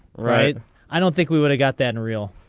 right i don't think we really got than real.